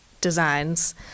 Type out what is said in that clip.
designs